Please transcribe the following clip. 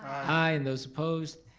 aye. and those opposed,